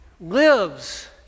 lives